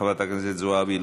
חברת הכנסת זועבי,